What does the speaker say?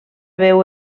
veu